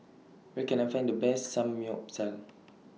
Where Can I Find The Best Samgeyopsal